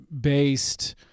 based